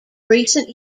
recent